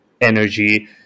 energy